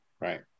Right